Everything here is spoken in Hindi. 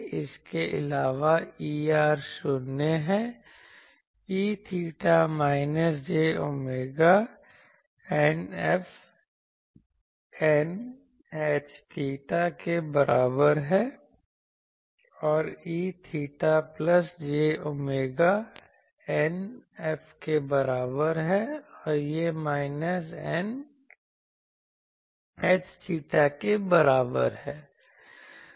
इसके अलावा Er 0 है E𝚹 minus j omega η F η H𝚹 के बराबर है और E𝚹 plus j omega η F के बराबर है और यह माइनस η H𝚹 के बराबर है